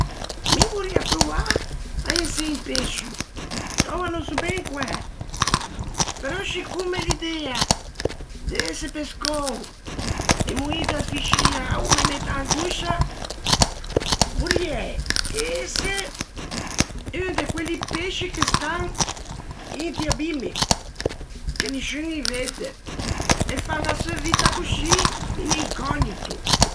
Mi vorriæ provâ à ëse un pescio, oua no sò ben quæ, però, scicomme l'idea de ëse pescou e moî de asfiscia o me mette angoscia, vorriæ ëse un de quelli pesci che stan inti abimmi, che nisciun î vedde, e fan a seu vitta coscì, in incògnito.